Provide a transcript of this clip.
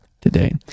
today